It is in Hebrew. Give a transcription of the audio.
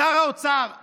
שר האוצר,